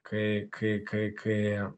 kai kai kai kai